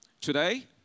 today